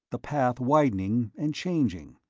the path widening and changing.